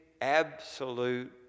absolute